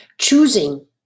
Choosing